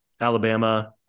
Alabama